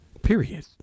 Period